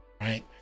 right